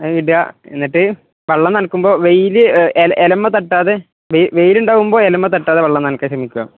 അ ഇടുക എന്നിട്ട് വെള്ളം നനയ്ക്കുമ്പോള് വെയില് ഇലയില് തട്ടാതെ വെയിലുണ്ടാകുമ്പോള് ഇലയില് തട്ടാതെ വെള്ളം നനയ്ക്കാൻ ശ്രമിക്കുക